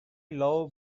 lou